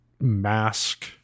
mask